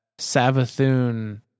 Savathun